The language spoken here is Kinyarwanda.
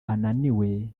ananiwe